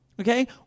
Okay